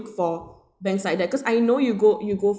for banks like that cause I know you go you go